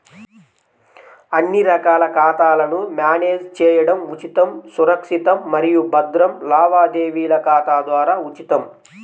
అన్ని రకాల ఖాతాలను మ్యానేజ్ చేయడం ఉచితం, సురక్షితం మరియు భద్రం లావాదేవీల ఖాతా ద్వారా ఉచితం